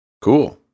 Cool